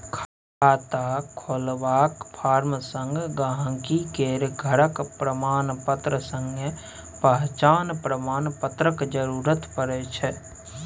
खाता खोलबाक फार्म संग गांहिकी केर घरक प्रमाणपत्र संगे पहचान प्रमाण पत्रक जरुरत परै छै